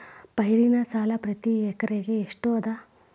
ಪೈರಿನ ಸಾಲಾ ಪ್ರತಿ ಎಕರೆಗೆ ಎಷ್ಟ ಅದ?